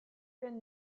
been